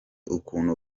ukuntu